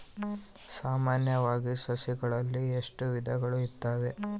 ಸಾಮಾನ್ಯವಾಗಿ ಸಸಿಗಳಲ್ಲಿ ಎಷ್ಟು ವಿಧಗಳು ಇದಾವೆ?